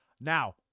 Now